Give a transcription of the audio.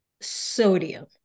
sodium